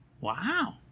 Wow